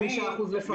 25% לפחות.